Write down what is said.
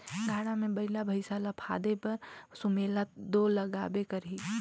गाड़ा मे बइला भइसा ल फादे बर सुमेला दो लागबे करही